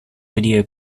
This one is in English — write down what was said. video